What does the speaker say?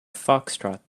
foxtrot